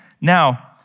Now